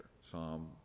Psalm